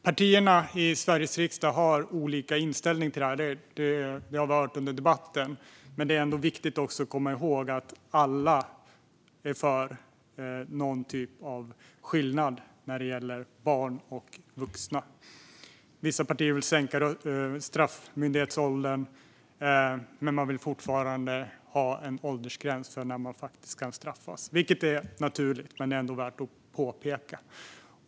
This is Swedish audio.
Partierna i Sveriges riksdag har olika inställning till det här. Det har vi hört under debatten, men det är viktigt att komma ihåg att alla är för någon typ av skillnad när det gäller barn och vuxna. Vissa partier vill sänka straffmyndighetsåldern, men man vill fortfarande ha en åldersgräns för när straff ska kunna ges, vilket är naturligt men ändå värt att påpeka.